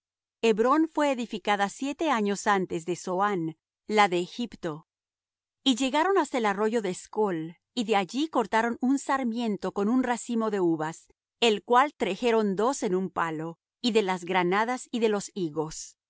hebrón fué edificada siete años antes de zoán la de egipto y llegaron hasta el arroyo de escol y de allí cortaron un sarmiento con un racimo de uvas el cual trejeron dos en un palo y de las granadas y de los higos